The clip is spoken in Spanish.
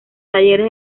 talleres